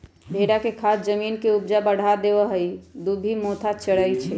भेड़ा के खाद जमीन के ऊपजा बढ़ा देहइ आ इ दुभि मोथा चरै छइ